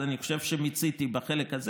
אז אני חושב שמיציתי בחלק הזה.